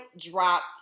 dropped